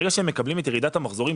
ברגע שהם מקבלים את ירידה המחזורים,